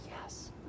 yes